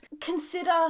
Consider